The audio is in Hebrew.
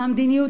מהמדיניות,